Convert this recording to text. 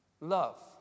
love